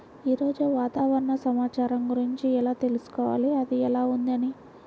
ఈరోజు వాతావరణ సమాచారం గురించి ఎలా తెలుసుకోవాలి అది ఎలా ఉంది అని?